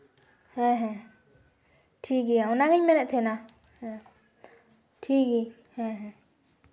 ᱦᱮᱸ ᱦᱮᱸ ᱴᱷᱤᱠᱜᱮᱭᱟ ᱚᱱᱟ ᱜᱮᱧ ᱢᱮᱱᱮᱫ ᱛᱟᱦᱮᱱᱟ ᱦᱮᱸ ᱴᱷᱤᱠᱜᱮᱭᱟ ᱦᱮᱸ ᱦᱮᱸ